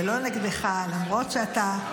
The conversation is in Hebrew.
ולא נגדך, למרות שאתה,